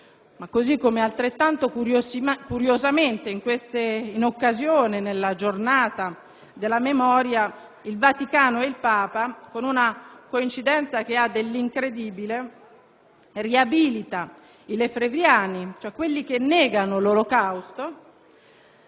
disabilità. Altrettanto curiosamente, in occasione della Giornata della memoria, il Vaticano, il Papa, con una coincidenza che ha dell'incredibile, ha riabilitato i lefebvriani, cioè coloro che negano l'Olocausto.